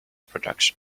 production